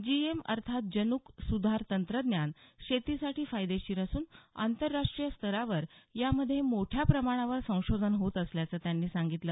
GM अर्थात जन्क सुधार तंत्रज्ञान शेतीसाठी फायदेशीर असून आंतरराष्ट्रीय स्तरावर यामध्ये मोठ्याप्रमाणावर संशोधन होत असल्याचं त्यांनी सांगितलं